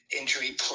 injury